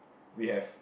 we have